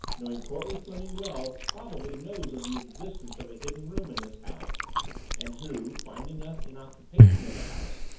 knowing courtleigh fleming well, probably knows of the existence of a hidden room in this house and who, finding us in occupation of the house,